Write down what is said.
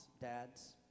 dads